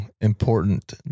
important